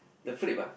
the flip ah